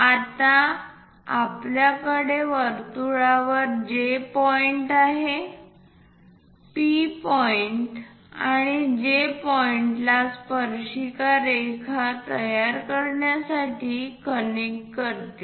आता आपल्याकडे वर्तुळावर J पॉइंट आहे P पॉईंट आणि J पॉइंटला स्पर्शिका रेखा तयार करण्यासाठी कनेक्ट करते